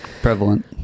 prevalent